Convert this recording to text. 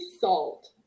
salt